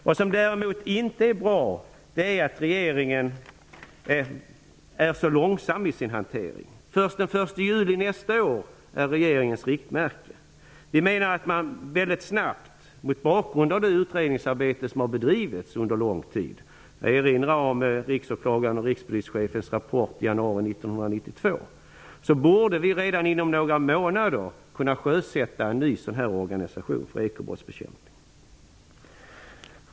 Vad som däremot inte är bra är att regeringen är så långsam i sin hantering. Först den 1 juli nästa år är regeringens riktmärke. Vi menar att man mot bakgrund av det utredningsarbete som har bedrivits under lång tid -- jag erinrar om riksåklagarens och rikspolischefens rapport i januari 1992 -- redan inom några månader borde kunna sjösätta en ny sådan här organisation för ekobrottsbekämpning.